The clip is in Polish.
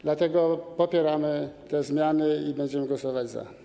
Dlatego popieramy te zmiany i będziemy głosować za.